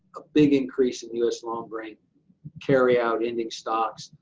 a big increase in u s. long grain carry-out, ending stocks,